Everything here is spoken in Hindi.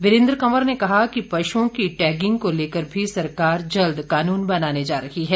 वीरेंद्र कंवर ने कहा कि पश्ओं की टैगिंग को लेकर भी सरकार जल्द कानून बनाने जा रही है